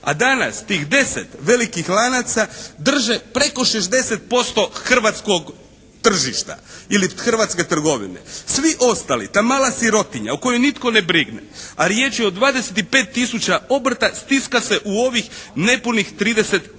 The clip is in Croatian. a danas tih deset velikih lanaca drže preko 60% hrvatskog tržišta ili hrvatske trgovine. Svi ostali, ta mala sirotinja o kojoj nitko ne brine a riječ je o 25 tisuća obrta stiska se u ovih nepunih 30%.